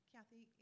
Kathy